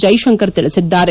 ಜೈಶಂಕರ್ ತಿಳಿಸಿದ್ದಾರೆ